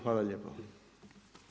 Hvala lijepo.